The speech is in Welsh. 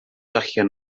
allan